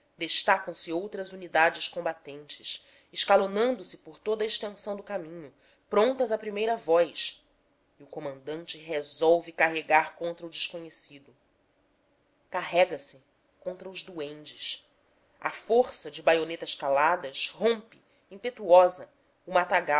destacam se outras unidades combatentes escalonando se por toda a extensão do caminho prontas à primeira voz e o comandante resolve carregar contra o desconhecido carrega se contra os duendes a força de baionetas caladas rompe impetuosa